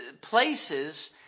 places